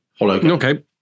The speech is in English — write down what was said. Okay